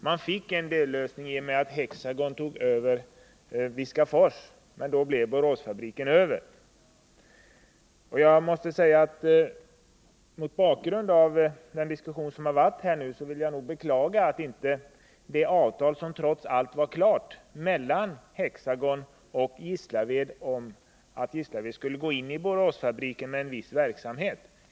Man fick en dellösning i och med att Hexagon tog över Viskafors, men då blev Boråsfabriken över. Mot bakgrund av den diskussion som har förts vill jag beklaga att inte det avtal träffades som i det närmaste var klart mellan Hexagon och Gislaved om att Gislaved skulle gå in i Boråsfabriken med en viss verksamhet.